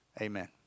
Amen